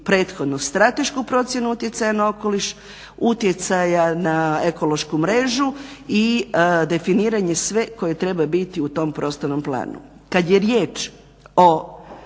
prethodnu stratešku procjenu utjecaja na okoliš, utjecaja na ekološku mrežu i definiranje sve koji trebaju biti u tom prostornom planu.